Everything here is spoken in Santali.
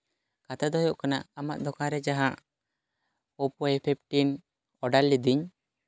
ᱠᱟᱛᱷᱟ ᱫᱚ ᱦᱩᱭᱩᱜ ᱠᱟᱱᱟ ᱟᱢᱟᱜ ᱫᱚᱠᱟᱱ ᱨᱮ ᱡᱟᱦᱟᱸ ᱚᱯᱳ ᱮ ᱯᱷᱤᱯᱴᱤᱱ ᱚᱰᱟᱨ ᱞᱤᱫᱟᱹᱧ